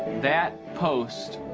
that post.